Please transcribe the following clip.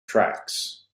tracks